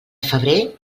febrer